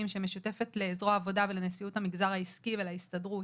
שמשותפת לזרוע העבודה ולנשיאות המגזר העסקי ולהסתדרות,